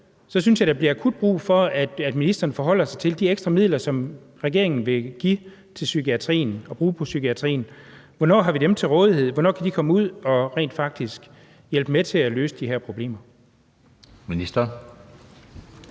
synes jeg, der er akut brug for, at ministeren forholder sig til de ekstra midler, som regeringen vil give til psykiatrien og bruge på psykiatrien. Hvornår har vi dem til rådighed? Hvornår kan de komme ud og rent faktisk være med til at løse de her problemer? Kl.